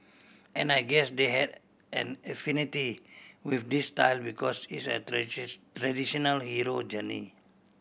and I guess they had an affinity with this style because it's a traditional hero journey